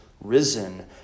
risen